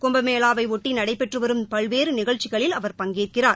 கும்பமேளாவையொட்டி நடைபெற்று வரும் பல்வேறு நிகழ்ச்சிகளில் அவர் பங்கேற்கிறார்